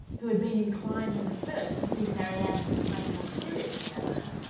who had been inclined from the first to think marianne's complaint more serious than elinor,